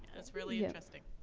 was really interesting.